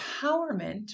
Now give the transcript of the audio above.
empowerment